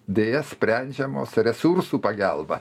deja sprendžiamos resursų pagalba